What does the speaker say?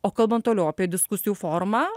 o kalbant toliau apie diskusijų formą